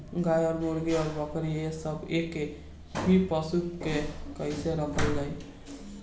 गाय और मुर्गी और बकरी ये सब के एक ही पशुपालन में कइसे रखल जाई?